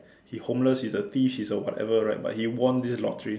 he homeless he's a thief he's a whatever right but he won this lottery